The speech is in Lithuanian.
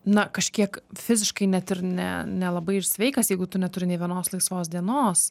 na kažkiek fiziškai net ir ne nelabai ir sveikas jeigu tu neturi nė vienos laisvos dienos